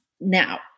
Now